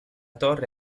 torre